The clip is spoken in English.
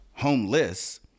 homeless